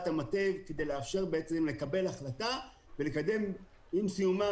המטה כדי לאפשר קבלת החלטה ולקדם עם סיומה,